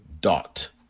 dot